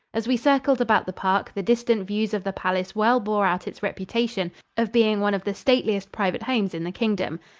as we circled about the park, the distant views of the palace well bore out its reputation of being one of the stateliest private homes in the kingdom.